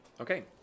Okay